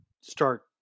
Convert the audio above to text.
start